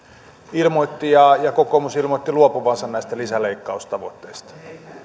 ja ja kokoomus ilmoitti luopuvansa näistä lisäleikkaustavoitteista se